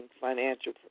financial